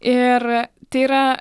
ir tai yra